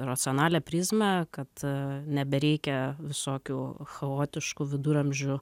racionalią prizmę kad nebereikia visokių chaotiškų viduramžių